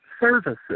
services